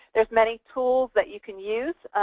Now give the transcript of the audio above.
there are many tools that you can use,